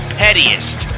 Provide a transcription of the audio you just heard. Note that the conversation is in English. pettiest